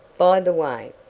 by the way,